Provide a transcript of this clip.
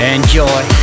Enjoy